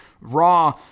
Raw